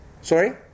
Sorry